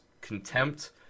contempt